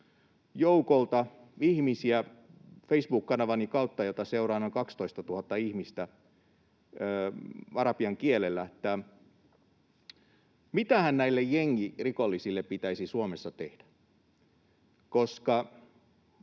joukolta ihmisiä Facebook-kanavani kautta, jota seuraa noin 12 000 ihmistä, arabian kielellä, että mitähän näille jengirikollisille pitäisi Suomessa tehdä, koska